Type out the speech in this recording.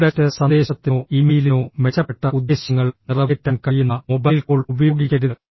ഒരു ടെക്സ്റ്റ് സന്ദേശത്തിനോ ഇമെയിലിനോ മെച്ചപ്പെട്ട ഉദ്ദേശ്യങ്ങൾ നിറവേറ്റാൻ കഴിയുന്ന മൊബൈൽ കോൾ ഉപയോഗിക്കരുത്